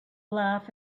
laugh